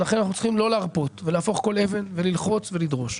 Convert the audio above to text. ולכן אנחנו צריכים לא להרפות ולהפוך כל אבן וללחוץ ולדרוש.